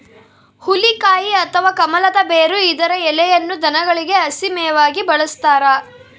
ಹುಲಿಕಾಯಿ ಅಥವಾ ಕಮಲದ ಬೇರು ಇದರ ಎಲೆಯನ್ನು ದನಗಳಿಗೆ ಹಸಿ ಮೇವಾಗಿ ಬಳಸ್ತಾರ